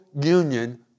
union